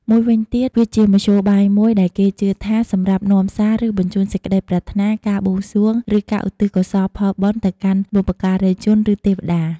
មួយវិញទៀតវាជាមធ្យោបាយមួយដែរគេជឿថាសម្រាប់ នាំសារ ឬបញ្ជូនសេចក្ដីប្រាថ្នា ការបួងសួង ឬការឧទ្ទិសកុសលផលបុណ្យទៅកាន់បុព្វការីជន ឬទេវតា។